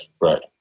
right